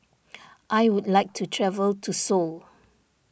I would like to travel to Seoul